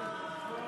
אוה.